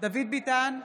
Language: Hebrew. דוד ביטן,